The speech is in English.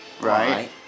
right